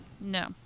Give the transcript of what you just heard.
No